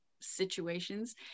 situations